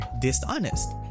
dishonest